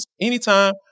anytime